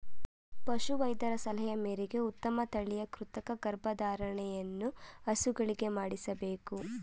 ಪಶು ವೈದ್ಯರ ಸಲಹೆ ಮೇರೆಗೆ ಉತ್ತಮ ತಳಿಯ ಕೃತಕ ಗರ್ಭಧಾರಣೆಯನ್ನು ಹಸುಗಳಿಗೆ ಮಾಡಿಸಬೇಕು